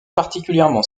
particulièrement